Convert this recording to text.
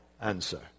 answer